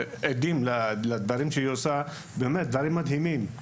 עדים לדברים שהיא עושה, באמת דברים מדהימים,